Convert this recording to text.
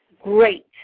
great